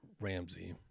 Ramsey